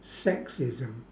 sexism